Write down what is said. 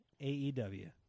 AEW